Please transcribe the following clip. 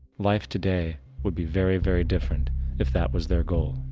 life today would be very very different if that was their goal.